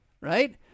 right